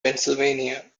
pennsylvania